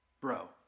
Bro